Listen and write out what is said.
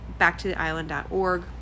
backtotheisland.org